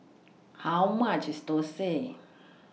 How much IS Thosai